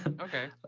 Okay